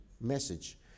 message